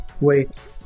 Wait